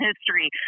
history